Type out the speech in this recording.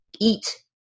eat